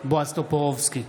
בועז טופורובסקי,